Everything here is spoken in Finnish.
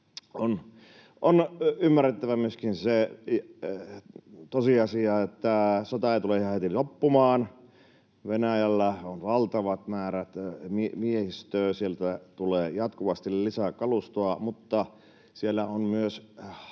On ymmärrettävä myöskin se tosiasia, että sota ei tule ihan heti loppumaan. Venäjällä on valtavat määrät miehistöä. Sieltä tulee jatkuvasti lisää kalustoa, mutta siellä on myös tahtoa